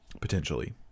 potentially